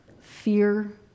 fear